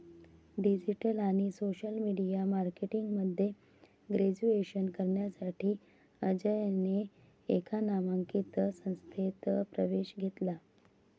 digital आणि social media marketing मध्ये graduation करण्यासाठी अजयने एका नामांकित संस्थेत प्रवेश घेतला